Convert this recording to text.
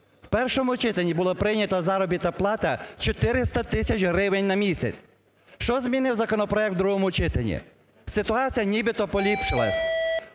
У першому читанні була прийнята заробітна плата 400 тисяч гривень на місяць. Що змінив законопроект у другому читанні? Ситуація нібито поліпшилась